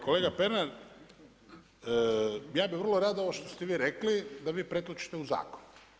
Kolega Pernar, ja bi vrlo rado ovo šte ste vi rekli, da vi pretočite u zakon.